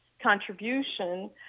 contribution